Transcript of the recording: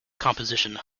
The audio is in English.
composition